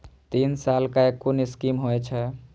तीन साल कै कुन स्कीम होय छै?